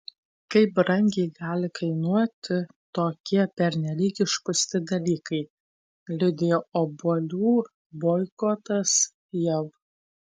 kaip brangiai gali kainuoti tokie pernelyg išpūsti dalykai liudija obuolių boikotas jav